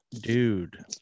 dude